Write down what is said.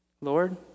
Lord